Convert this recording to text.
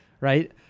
right